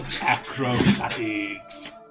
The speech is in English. Acrobatics